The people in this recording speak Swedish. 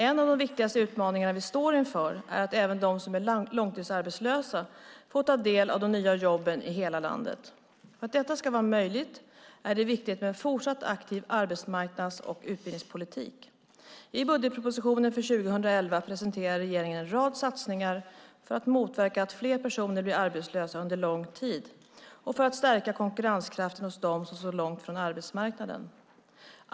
En av de viktigaste utmaningarna vi står inför är att även de som är långtidsarbetslösa får ta del av de nya jobben i hela landet. För att detta ska vara möjligt är det viktigt med en fortsatt aktiv arbetsmarknads och utbildningspolitik. I budgetpropositionen för 2011 presenterar regeringen en rad satsningar för att motverka att fler personer blir arbetslösa under lång tid och för att stärka konkurrenskraften hos dem som står långt från arbetsmarknaden.